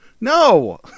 No